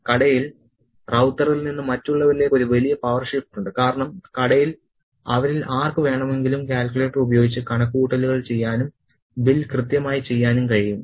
കടയിൽ റൌത്തറിൽ നിന്ന് മറ്റുള്ളവരിലേക്ക് ഒരു വലിയ പവർ ഷിഫ്റ്റ് ഉണ്ട് കാരണം കടയിൽ അവരിൽ ആർക്ക് വേണമെങ്കിലും കാൽക്കുലേറ്റർ ഉപയോഗിച്ച് കണക്കുകൂട്ടലുകൾ ചെയ്യാനും ബിൽ കൃത്യമായി ചെയ്യാനും കഴിയും